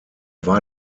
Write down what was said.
war